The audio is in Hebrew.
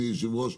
אדוני היושב-ראש,